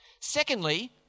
Secondly